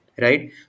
right